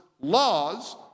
laws